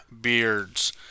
beards